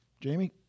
jamie